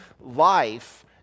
life